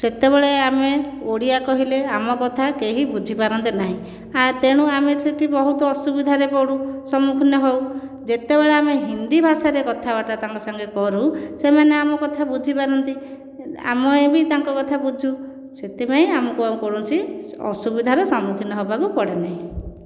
ସେତେବେଳେ ଆମେ ଓଡ଼ିଆ କହିଲେ ଆମ କଥା କେହି ବୁଝିପାରନ୍ତି ନାହିଁ ତେଣୁ ଆମେ ସେଇଠି ବହୁତ ଅସୁବିଧାରେ ପଡ଼ୁ ସମ୍ମୁଖୀନ ହେଉ ଯେତେବେଳେ ହିନ୍ଦୀ ଭାଷାରେ ତାଙ୍କ ସାଙ୍ଗରେ କଥାବାର୍ତ୍ତା କରୁ ସେମାନେ ଆମ କଥା ବୁଝିପାରନ୍ତି ଆମ ବି ତାଙ୍କ କଥା ବୁଝୁ ସେଥିପାଇଁ ଆମକୁ ଆଉ କୌଣସି ଅସୁବିଧାର ସମ୍ମୁଖୀନ ହେବାକୁ ପଡ଼େ ନାହିଁ